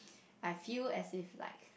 I feel as if like